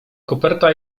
koperta